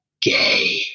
gay